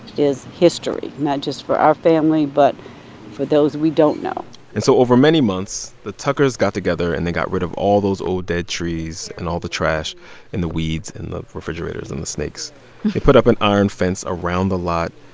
is history not just for our family but for those we don't know and so over many months, the tuckers got together, and they got rid of all those old, dead trees and all the trash and the weeds and the refrigerators and the snakes. they put up an iron fence around the lot.